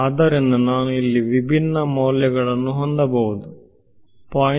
ಆದ್ದರಿಂದ ನಾನು ಇಲ್ಲಿ ವಿಭಿನ್ನ ಮೌಲ್ಯಗಳನ್ನು ಹೊಂದಬಹುದು 0